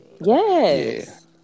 Yes